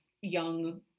young